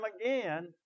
again